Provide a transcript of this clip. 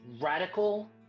radical